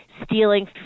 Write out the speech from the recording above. stealing